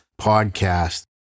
podcast